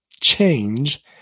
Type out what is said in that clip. change